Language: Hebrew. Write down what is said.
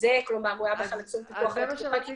זה הוא היה בכלל עצור בפיקוח אלקטרוני.